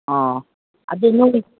ꯑꯧ ꯑꯗꯨ ꯅꯣꯏ